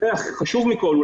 והחשוב מכל,